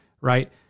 Right